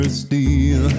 steel